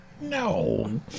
No